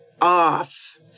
off